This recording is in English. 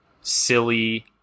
silly